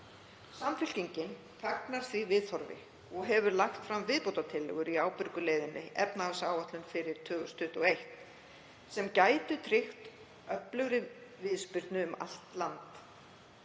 Samfylkingin fagnar því viðhorfi og hefur lagt fram viðbótartillögur í Ábyrgu leiðinni, efnahagsáætlun fyrir 2021, sem gætu tryggt öflugri viðspyrnu um allt land.